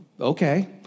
okay